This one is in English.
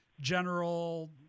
general